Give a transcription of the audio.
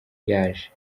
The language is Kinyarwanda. yaje